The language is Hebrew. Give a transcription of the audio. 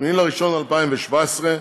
8 בנובמבר 2017,